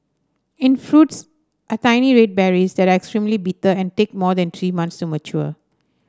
its fruits are tiny red berries that are extremely bitter and take more than three months to mature